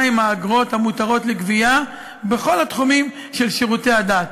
הן האגרות המותרות לגבייה בכל התחומים של שירותי הדת.